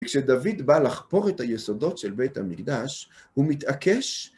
כשדוד בא לחפור את היסודות של בית המקדש, הוא מתעקש...